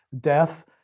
Death